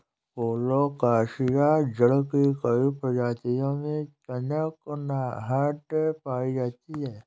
colocasia जड़ के कई प्रजातियों में कनकनाहट पायी जाती है